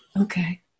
Okay